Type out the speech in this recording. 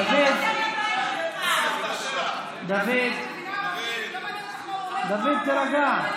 דוד, דוד, תירגע.